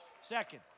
Second